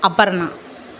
Aparna